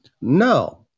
No